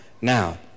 now